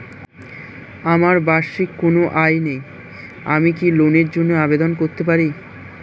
আমার বার্ষিক কোন আয় নেই আমি কি লোনের জন্য আবেদন করতে পারি?